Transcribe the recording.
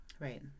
Right